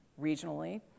regionally